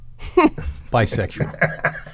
Bisexual